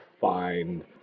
find